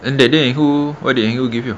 and that day who what did andrew give you